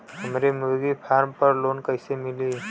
हमरे मुर्गी फार्म पर लोन कइसे मिली?